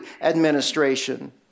administration